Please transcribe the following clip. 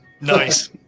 Nice